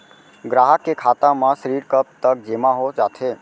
ग्राहक के खाता म ऋण कब तक जेमा हो जाथे?